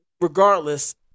Regardless